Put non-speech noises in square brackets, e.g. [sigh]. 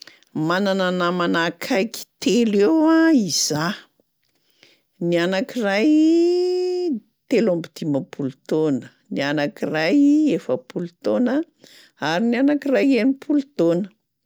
Manana namana akaiky telo eo a izaho: ny anankiray [hesitation] telo amby dimampolo taona, ny anankiray efapolo taona ary ny anankiray enimpolo taona.